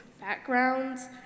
backgrounds